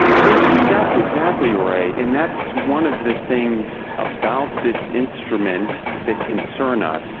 well, that's exactly right and that's one of the things about this instrument that concerns us.